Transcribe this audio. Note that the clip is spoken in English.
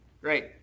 Great